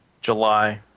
July